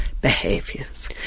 behaviors